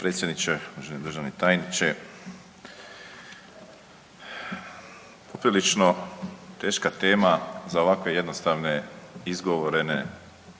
uvaženi državni tajniče. Poprilično teška tema za ovako jednostavne izgovorene